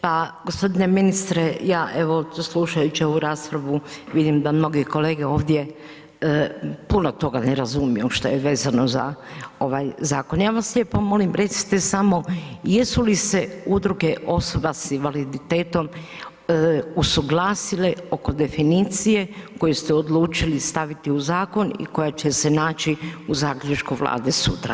Pa gospodine ministre ja evo slušajući ovu raspravu vidim da mnogi kolege ovdje puno toga ne razumiju šta je vezano za ovaj zakon, ja vas lijepo molim recite samo jesu li se udruga osoba sa invaliditetom usuglasile oko definicije koju ste odlučili staviti u zakon i koja će se naći u zaključku Vlade sutra.